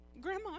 Grandma